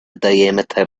diameter